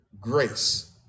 grace